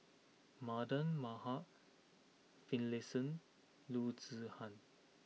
Mardan Maham Finlayson Loo Zihan